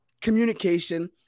communication